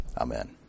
Amen